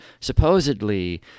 supposedly